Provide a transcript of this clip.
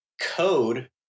code